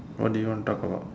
what do you want to talk about